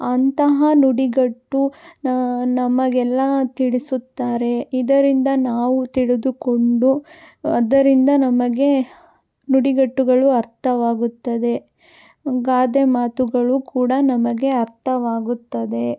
ಅಂತಹ ನುಡಿಗಟ್ಟು ನಮಗೆಲ್ಲ ತಿಳಿಸುತ್ತಾರೆ ಇದರಿಂದ ನಾವು ತಿಳಿದುಕೊಂಡು ಅದರಿಂದ ನಮಗೆ ನುಡಿಗಟ್ಟುಗಳು ಅರ್ಥವಾಗುತ್ತದೆ ಗಾದೆಮಾತುಗಳು ಕೂಡ ನಮಗೆ ಅರ್ಥವಾಗುತ್ತದೆ